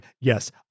yes